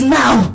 now